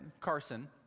Carson